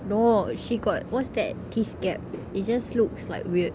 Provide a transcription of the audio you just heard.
no she got what's that teeth gap it just looks like weird